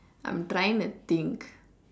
I'm trying to think